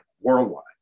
worldwide